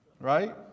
Right